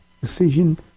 decision